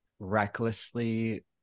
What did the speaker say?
recklessly